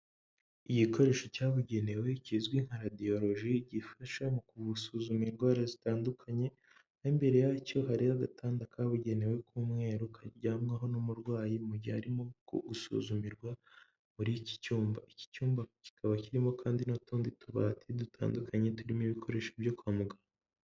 Igikoresho cyabugenewe kizwi nka Radiology, gifasha mu gusuzuma indwara zitandukanye, imbere yacyo hariho agatanda kabugenewe k'umweru, karyamwaho n'umurwayi mu gihe arimo gusuzumirwa muri iki cyumba, iki cyumba kikaba kirimo kandi n'utundi tubati dutandukanye, turimo ibikoresho byo kwa muganga.